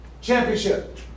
Championship